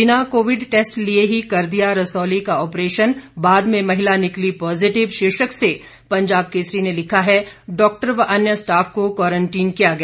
बिना Covid test लिए ही कर दिया रसौली का ऑप्रेशन बाद में महिला निकली पॉजीटिव शीर्षक से पंजाब केसरी ने लिखा है डाक्टर व अन्य स्टाफ को क्वारंटाइन किया गया